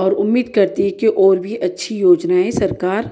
और उम्मीद करती हूँ कि और भी अच्छी योजनाएँ सरकार